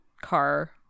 car